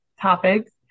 topics